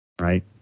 right